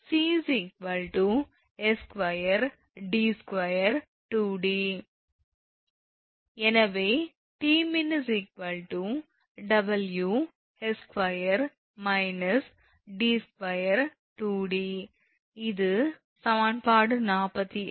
எனவே 𝑇𝑚𝑖𝑛 𝑊 𝑠2 − 𝑑22𝑑 இது சமன்பாடு 48